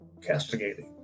castigating